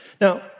Now